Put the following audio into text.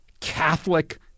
Catholic